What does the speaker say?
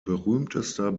berühmtester